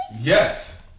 Yes